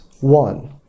one